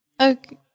Okay